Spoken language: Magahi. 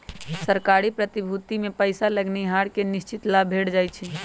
सरकारी प्रतिभूतिमें पइसा लगैनिहार के निश्चित लाभ भेंट जाइ छइ